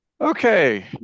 Okay